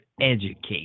educate